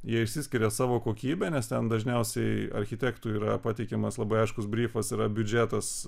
jie išsiskiria savo kokybe nes ten dažniausiai architektų yra pateikiamas labai aiškus brifas yra biudžetas